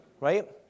right